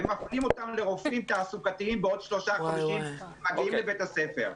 ומפנים אותם לרופאים תעסוקתיים בעוד שלושה חודשים מגיעים לבית הספר.